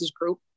group